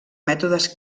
mètodes